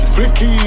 Flicky